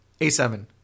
A7